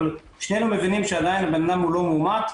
אבל שנינו מבינים שעדיין הוא לא מאומת,